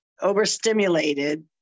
over-stimulated